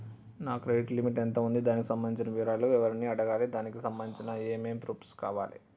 నా credit limit ఎంత ఉంది? దానికి సంబంధించిన వివరాలు ఎవరిని అడగాలి? దానికి సంబంధించిన ఏమేం ప్రూఫ్స్ కావాలి?